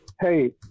hey